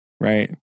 right